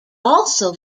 also